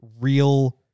real